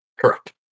Correct